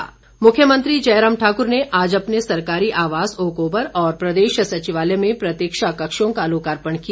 लो कार्पण मुख्यमंत्री जयराम ठाकुर ने आज अपने सरकारी आवास ओकओवर और प्रदेश सचिवालय में प्रतिक्षा कक्षों का लोकार्पण किया